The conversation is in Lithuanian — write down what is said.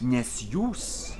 nes jūs